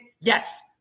Yes